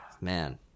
man